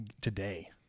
today